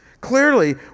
Clearly